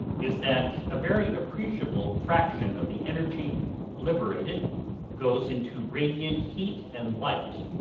is that a very appreciable fraction of the energy liberated goes into radiant heat and light.